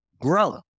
grow